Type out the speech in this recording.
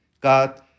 God